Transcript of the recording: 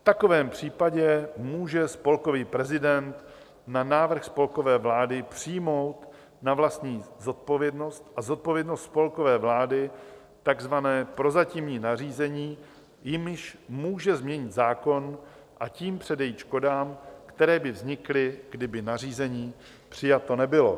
V takovém případě může spolkový prezident na návrh spolkové vlády přijmout na vlastní zodpovědnost a zodpovědnost spolkové vlády tzv. prozatímní nařízení, jimiž může změnit zákon, a tím předejít škodám, které by vznikly, kdyby nařízení přijato nebylo.